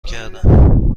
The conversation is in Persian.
کردم